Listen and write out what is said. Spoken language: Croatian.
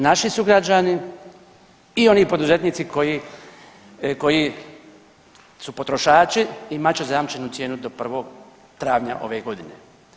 Naši sugrađani i oni poduzetnici koji su potrošači imat će zajamčenu cijenu do 1. travnja ove godine.